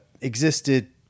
existed